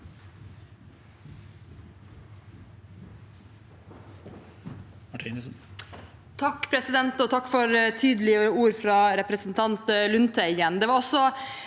Takk for tydelige ord fra representanten Lundteigen.